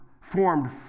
formed